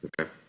Okay